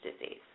disease